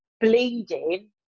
bleeding